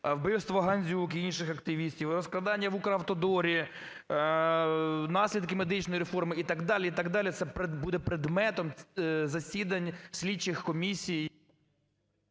вбивство Гандзюк і інших активістів, розкрадання в Укравтодорі, наслідки медичної реформи і так далі, і так далі, – це буде предметом засідань слідчих комісій…